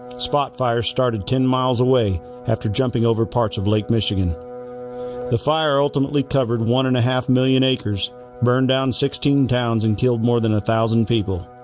spot fire started ten miles away after jumping over parts of lake, michigan the fire ultimately covered one and a half million acres burned down sixteen towns and killed more than a thousand people